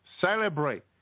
celebrate